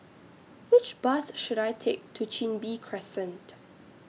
Which Bus should I Take to Chin Bee Crescent